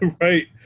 right